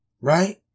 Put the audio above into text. Right